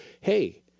Hey